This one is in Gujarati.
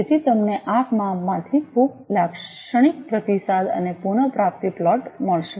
તેથી તમને આ માપમાંથી ખૂબ લાક્ષણિક પ્રતિસાદ અને પુન પ્રાપ્તિ પ્લોટ મળશે